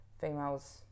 females